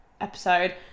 episode